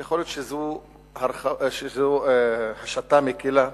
יכול להיות שזו שיטה מקלה.